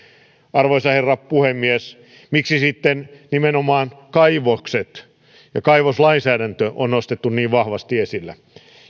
arvoisa herra puhemies miksi sitten nimenomaan kaivokset ja kaivoslainsäädäntö on nostettu niin vahvasti esille